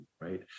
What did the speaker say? right